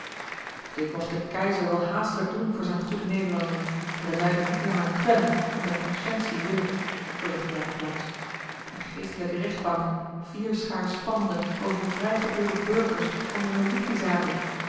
dit mocht de keizer wel haastelijk doen voor zijne goede ederlanden en de luiden niet langer kwellen om der consciëntie wille verzuchtte jacob jansz eene geestelijke rechtbank vierschaar spannende over vrijgeboren burgers om religiezaken